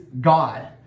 God